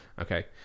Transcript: Okay